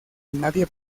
nadie